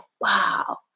wow